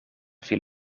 viel